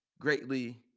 greatly